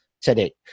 today